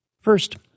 First